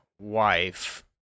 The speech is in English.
wife